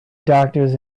doctors